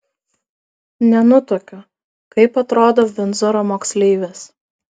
nenutuokiu kaip atrodo vindzoro moksleivės